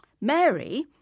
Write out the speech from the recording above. Mary